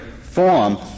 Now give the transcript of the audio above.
form